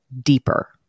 deeper